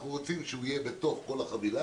אנחנו רוצים שהוא יהיה בתוך כל החבילה,